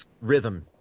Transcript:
rhythm